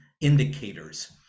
indicators